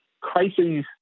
crises